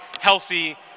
healthy